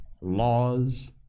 laws